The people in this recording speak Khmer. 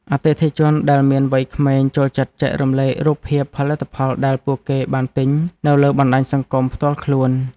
អតិថិជនដែលមានវ័យក្មេងចូលចិត្តចែករំលែករូបភាពផលិតផលដែលពួកគេបានទិញនៅលើបណ្តាញសង្គមផ្ទាល់ខ្លួន។